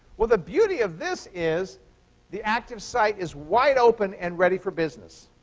well, the beauty of this is the active site is wide open and ready for business.